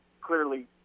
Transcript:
clearly